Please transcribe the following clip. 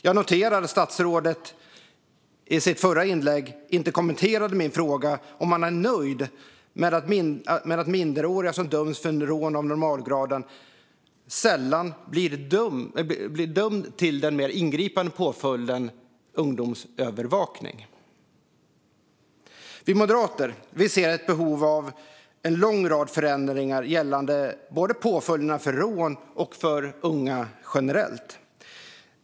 Jag noterar att statsrådet i sitt förra inlägg inte kommenterade min fråga om han är nöjd med att minderåriga som döms för rån av normalgraden sällan blir dömda till den mer ingripande påföljden ungdomsövervakning. Vi moderater ser behov av en lång rad förändringar gällande påföljderna för rån och för unga generellt.